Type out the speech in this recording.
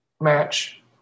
match